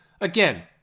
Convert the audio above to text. Again